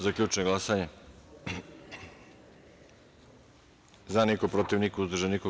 Zaključujem glasanje: za - niko, protiv - niko, uzdržanih - nema.